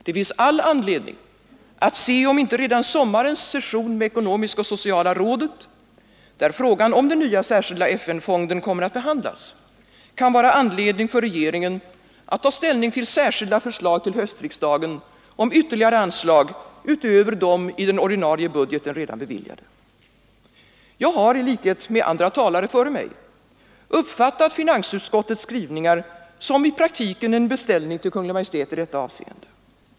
Det finns all anledning att se om inte redan sommarens session med FN:s ekonomiska och sociala råd, där frågan om den nya särskilda FN-fonden kommer att behandlas, kan vara anledning för regeringen att ta ställning till särskilda förslag till höstriksdagen och ytterligare anslag utöver de i den ordinarie budgeten redan beviljade. Jag har, i likhet med andra talare före mig, uppfattat finansutskottets skrivning som, i praktiken, en beställning till Kungl. Maj:t i detta avseende.